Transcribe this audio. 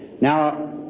Now